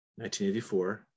1984